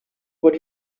what